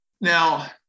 Now